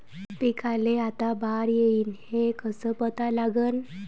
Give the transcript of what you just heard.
पिकाले आता बार येईन हे कसं पता लागन?